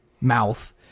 mouth